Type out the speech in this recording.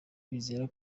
bizera